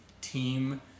team